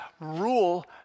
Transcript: rule